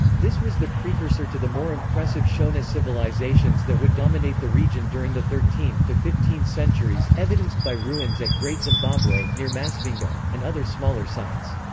this was the precursor to the more impressive shona civilisations that would dominate the region during the thirteenth to fifteenth centuries, evidenced by ruins at great zimbabwe, near masvingo, and other smaller sites.